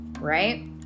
Right